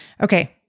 Okay